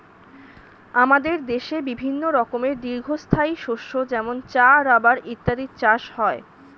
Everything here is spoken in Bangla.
আমাদের দেশে বিভিন্ন রকমের দীর্ঘস্থায়ী শস্য যেমন চা, রাবার ইত্যাদির চাষ হয়